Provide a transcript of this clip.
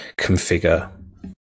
configure